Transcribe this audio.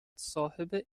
صاحب